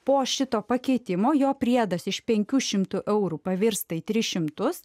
po šito pakeitimo jo priedas iš penkių šimtų eurų pavirsta į tris šimtus